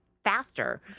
Faster